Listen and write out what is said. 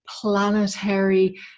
planetary